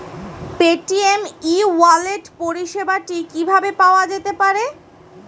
Paytm e wallet পরিষেবাটি কিভাবে পাওয়া যেতে পারে?